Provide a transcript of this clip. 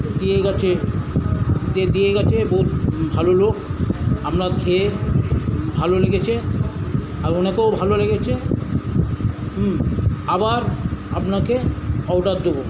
দিয়ে গিয়েছে যে দিয়ে গিয়েছে বহুত ভালো লোক আমরা খেয়ে ভালো লেগেছে আর ওনাকেও ভালো লেগেছে আবার আপনাকে অর্ডার দেব